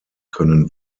können